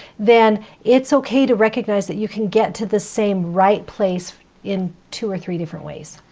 then it's okay to recognize that you can get to the same right place in two or three different ways.